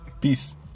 Peace